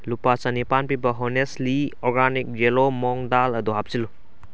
ꯂꯨꯄꯥ ꯆꯅꯤꯄꯥꯟ ꯄꯤꯕ ꯍꯣꯅꯦꯁꯂꯤ ꯑꯣꯔꯒꯥꯅꯤꯛ ꯌꯦꯂꯣ ꯃꯣꯡ ꯗꯥꯜ ꯑꯗꯣ ꯍꯥꯞꯆꯤꯜꯂꯨ